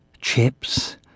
Chips